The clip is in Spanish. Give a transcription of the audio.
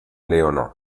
leona